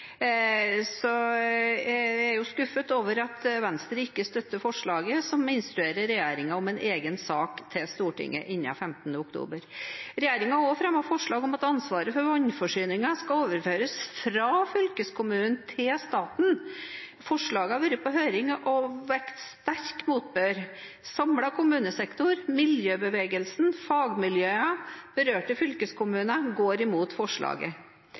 så jeg er skuffet over at Venstre ikke støtter forslaget som instruerer regjeringen om en egen sak til Stortinget innen 15. oktober. Regjeringen har også fremmet forslag om at ansvaret for vannforsyningen skal overføres fra fylkeskommunen til staten. Forslaget har vært på høring og fått sterk motbør. En samlet kommunesektor, miljøbevegelsen, fagmiljøene og berørte fylkeskommuner går imot forslaget.